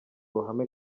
ruhame